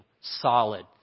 solid